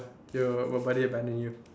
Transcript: ya your buddy abandon you